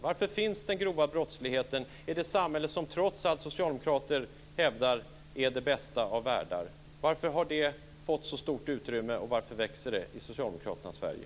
Varför finns den grova brottsligheten i det samhälle som trots allt socialdemokrater hävdar är den bästa av världar? Varför har det fått så stort utrymme, och varför växer det i socialdemokraternas Sverige?